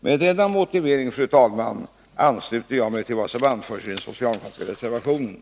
Med denna motivering, fru talman, ansluter jag mig till det som anförs i den socialdemokratiska reservationen.